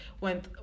went